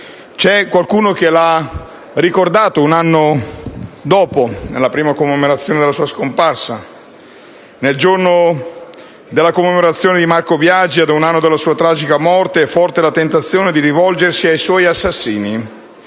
C'è qualcuno che lo ha ricordato un anno dopo la prima commemorazione dalla sua scomparsa: «Nel giorno della commemorazione di Marco Biagi, ad un anno dalla sua tragica morte, è forte la tentazione di rivolgersi ai suoi assassini